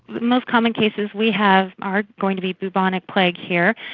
the most common cases we have are going to be bubonic plague here,